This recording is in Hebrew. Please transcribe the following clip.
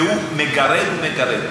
והוא מגרד ומגרד.